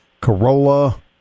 corolla